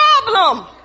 problem